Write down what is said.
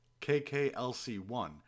KKLC1